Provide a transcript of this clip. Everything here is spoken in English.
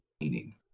meaning